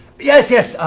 yes, yes,